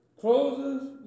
closes